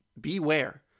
beware